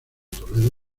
toledo